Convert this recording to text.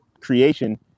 creation